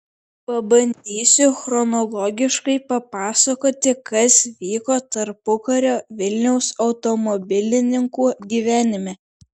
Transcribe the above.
pabandysiu chronologiškai papasakoti kas vyko tarpukario vilniaus automobilininkų gyvenime